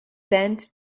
bent